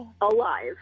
alive